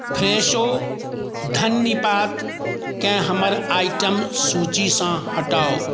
फ्रेशो धन्नीपातके हमर आइटम सूचीसँ हटाउ